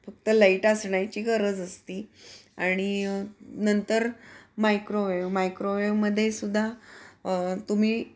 फक्त लाईट असण्याची गरज असते आणि नंतर मायक्रोवेव मायक्रोवेवमध्ये सुद्धा तुम्ही